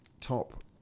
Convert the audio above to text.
top